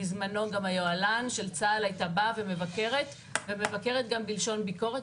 בזמנו גם היוהל"ן של צה"ל הייתה באה ומבקרת ומבקרת גם בלשון ביקורת,